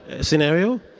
scenario